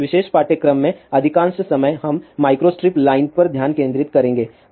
तो इस विशेष पाठ्यक्रम में अधिकांश समय हम माइक्रोस्ट्रिप लाइन पर ध्यान केंद्रित करेंगे